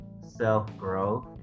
self-growth